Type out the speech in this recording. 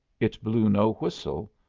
it blew no whistle,